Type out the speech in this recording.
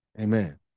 Amen